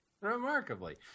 Remarkably